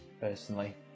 personally